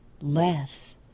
less